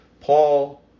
Paul